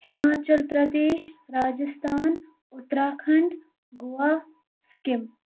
Himachal Pradesh Rajasthan Uttarakhand Goa Sikkim